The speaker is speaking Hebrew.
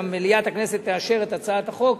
אם מליאת הכנסת תאשר את הצעת החוק,